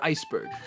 Iceberg